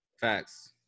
Facts